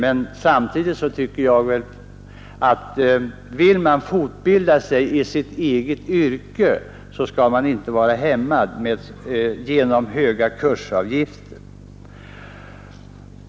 Men vill man fortbilda sig i sitt eget yrke så skall man inte vara hämmad genom höga kursavgifter.